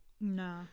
No